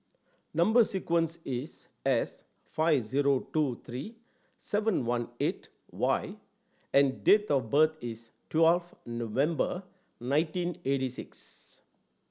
number sequence is S five zero two three seven one eight Y and date of birth is twelfth November nineteen eighty six